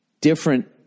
different